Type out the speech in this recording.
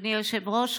אדוני היושב-ראש,